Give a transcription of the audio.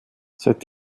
seit